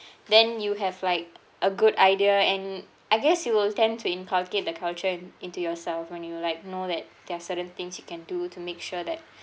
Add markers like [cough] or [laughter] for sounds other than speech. [breath] then you have like a good idea and I guess you will tend to inculcate that culture in into yourself when you like know that there are certain things you can do to make sure that